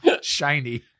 Shiny